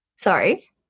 Sorry